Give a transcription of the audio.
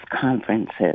conferences